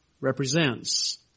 represents